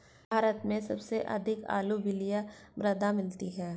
भारत में सबसे अधिक अलूवियल मृदा मिलती है